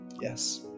yes